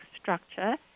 structure